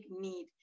need